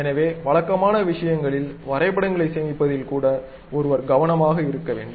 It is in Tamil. எனவே வழக்கமான விஷயங்களில் வரைபடங்களைச் சேமிப்பதில் கூட ஒருவர் கவனமாக இருக்க வேண்டும்